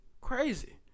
Crazy